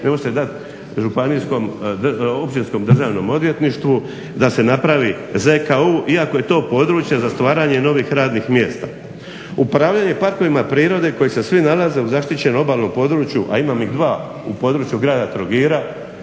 ne može se dati Općinskom državnom odvjetništvu da se napravi ZKU iako je to područje za stvaranje novih radnih mjesta. Upravljanje parkovima prirode koji se svi nalaze u zaštićenom obalnom području, a imam ih dva u području grada Trogira,